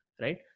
right